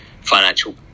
financial